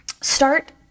start